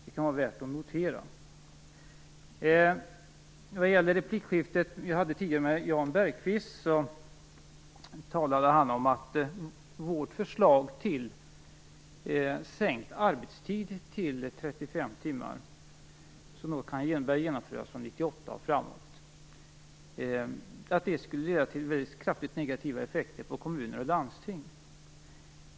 Det kan vara värt att notera. I det replikskifte som jag tidigare hade med Jan Bergqvist talade han om att vårt förslag till sänkt arbetstid till 35 timmar, som kan börja genomföras 1998 och framåt, skulle leda till kraftigt negativa effekter på kommuner och landsting.